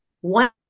one